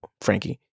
frankie